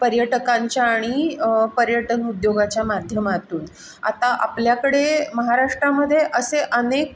पर्यटकांच्या आणि पर्यटन उद्योगाच्या माध्यमातून आता आपल्याकडे महाराष्ट्रामध्ये असे अनेक